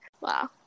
Wow